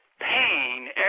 pain